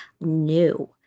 new